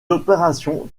opérations